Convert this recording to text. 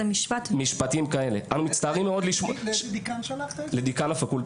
משפטים כאלה: "אנו מצטערים מאוד לשמוע על התחושות